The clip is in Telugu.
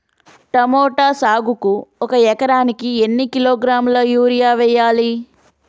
టమోటా సాగుకు ఒక ఎకరానికి ఎన్ని కిలోగ్రాముల యూరియా వెయ్యాలి?